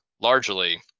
largely